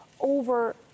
over